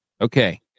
Okay